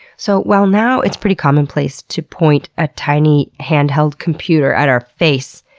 so while now it's pretty commonplace to point a tiny, handheld computer at our face,